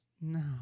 No